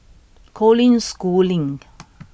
Colin Schooling